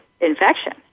infection